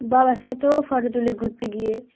বাবার সাথেও ফোটো তুলি ঘুরতে গিয়ে